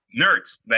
nerds